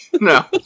No